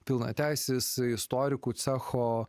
pilnateisis istorikų cecho